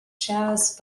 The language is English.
jazz